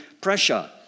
pressure